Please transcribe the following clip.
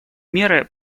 меры